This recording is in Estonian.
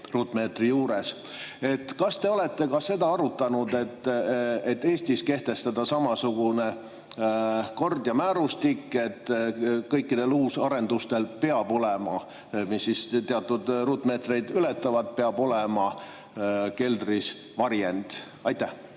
ruutmeetri juures. Kas te olete seda arutanud, et Eestis kehtestada samasugune kord ja määrustik, et kõikidel uusarendustel, mis teatud ruutmeetreid ületavad, peab olema keldris varjend? Aitäh!